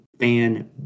fan